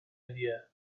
idea